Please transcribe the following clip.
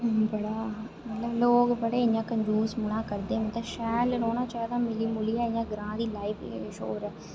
बड़ा मतलब लोक बड़े इ'यां कंजूस पुना करदे उ'नें शैल रौहना चाहिदा मिली मुलिये इटयां ग्रां दी लाइफ गै किश होर ऐ